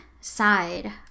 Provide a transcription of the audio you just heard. side